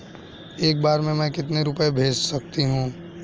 एक बार में मैं कितने रुपये भेज सकती हूँ?